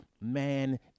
man